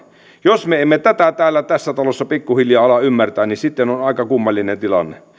jos me emme tätä täällä tässä talossa pikkuhiljaa ala ymmärtää niin sitten on aika kummallinen tilanne